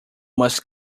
must